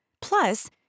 Plus